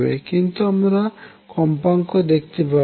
কিন্তু আমরা কম্পাঙ্ক দেখতে পাবো না